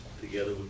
together